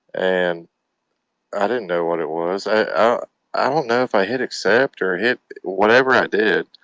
and i didn't know what it was. i ah i don't know if i hit accept or hit whatever i did,